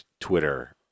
Twitter